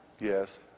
Yes